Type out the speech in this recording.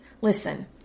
Listen